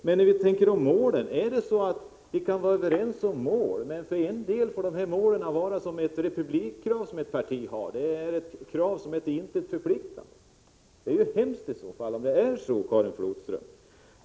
Men finns det mål som vi kan vara överens om? Några har mål som är av samma typ som kravet på republik, som ett parti för fram, dvs. det är till intet förpliktande. Det är hemskt om det är så, Karin Flodström.